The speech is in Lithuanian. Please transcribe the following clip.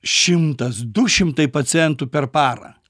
šimtas du šimtai pacientų per parą